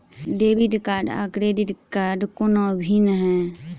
Debit card आ credit कोना भिन्न है?